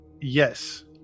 Yes